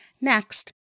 Next